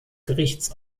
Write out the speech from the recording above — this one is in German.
gerichts